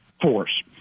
force